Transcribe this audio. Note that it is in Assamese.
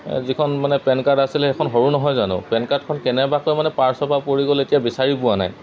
যিখন মানে পেন কাৰ্ড আছিলে সেইখন সৰু নহয় জানো পেন কাৰ্ডখন কেনেবাকৈ মানে পাৰ্চৰপৰা পৰি গ'ল এতিয়া বিচাৰি পোৱা নাই